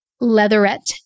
leatherette